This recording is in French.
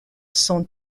son